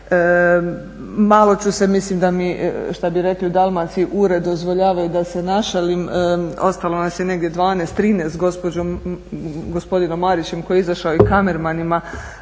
Malo ću se mislim da mi, šta bi rekli u Dalmaciji ure dozvoljava da se i našalim, ostalo nas je negdje 12, 13 s gospodinom Marićem koji je izašao i kamermanima,